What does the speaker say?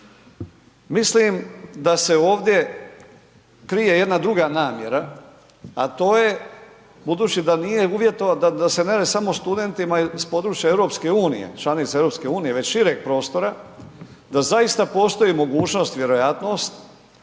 Mislim da se ovdje krije jedna druga namjera, a to je budući da nije uvjetovao da se ne radi samo o studentima s područja EU, članica EU već šireg prostora, da zaista postoji mogućnost, vjerojatnost